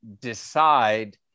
decide